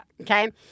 Okay